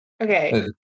Okay